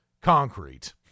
concrete